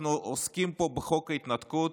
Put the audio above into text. אנחנו עוסקים פה בחוק ההתנתקות,